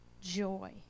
joy